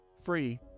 Free